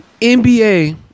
NBA